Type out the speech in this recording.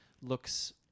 looks